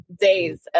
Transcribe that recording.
days